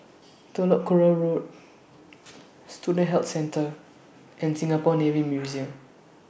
Telok Kurau Road Student Health Centre and Singapore Navy Museum